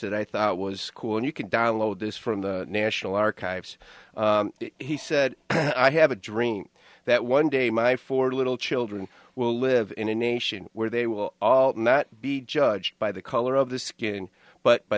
that i thought was cool and you can download this from the national archives he said i have a dream that one day my four little children will live in a nation where they will all not be judged by the color of the skin but by